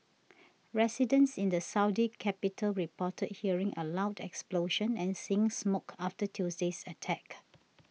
residents in the Saudi capital reported hearing a loud explosion and seeing smoke after Tuesday's attack